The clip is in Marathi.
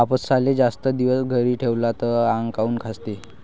कापसाले जास्त दिवस घरी ठेवला त आंग काऊन खाजवते?